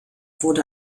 wurde